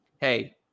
Hey